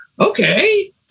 okay